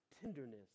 tenderness